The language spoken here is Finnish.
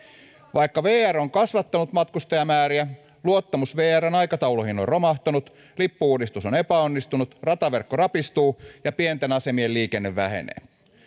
vaikka vr on kasvattanut matkustajamääriä luottamus vrn aikatauluihin on romahtanut lippu uudistus on epäonnistunut rataverkko rapistuu ja pienten asemien liikenne vähenee